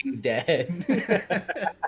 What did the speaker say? dead